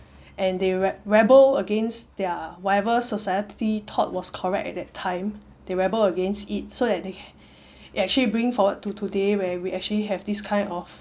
and they re~ rebel against their whatever society thought was correct at that time they rebel against it so that they actually bring forward to today where we actually have these kind of